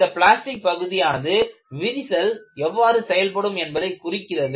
அந்த பிளாஸ்டிக் பகுதியானது விரிசல் எவ்வாறு செயல்படும் என்பதை குறிக்கிறது